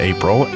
April